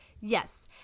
Yes